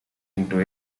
into